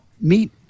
meet